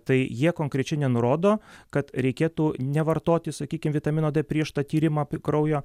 tai jie konkrečiai nenurodo kad reikėtų nevartoti sakykim vitamino d prieš tą tyrimą kraujo